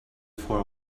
for